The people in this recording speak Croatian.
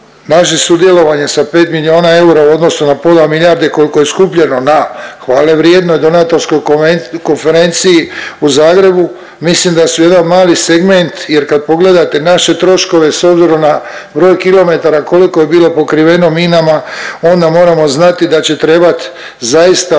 Naše sudjelovanje sa 5 milijuna eura u odnosu na pola milijarde kolko je skupljeno na hvale vrijednoj donatorskoj konferenciji u Zagrebu mislim da su jedan mali segment jer kad pogledate naše troškove s obzirom na broj kilometara koliko je bilo pokriveno minama onda moramo znati da će trebat zaista